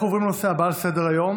אנחנו עוברים לנושא הבא על סדר-היום,